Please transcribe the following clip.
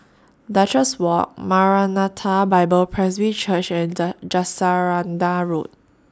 Duchess Walk Maranatha Bible Presby Church and Jacaranda Road